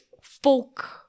folk